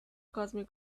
cosmic